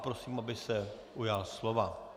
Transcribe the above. Prosím, aby se ujal slova.